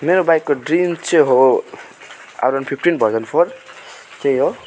मेरो बाइकको ड्रिम चाहिँ हो R one fifteen version four त्यही हो